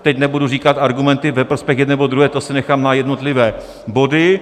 Teď nebudu říkat argumenty ve prospěch jedné nebo druhé, to si nechám na jednotlivé body.